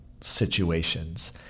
situations